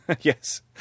Yes